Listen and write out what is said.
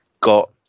got